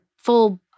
full